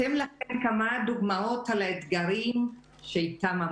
אתן לכם כמה דוגמאות לאתגרים שאיתם התמודדנו,